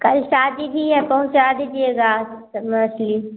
कल शादी भी है पहुँचा दीजिएगा मछली